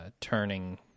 turning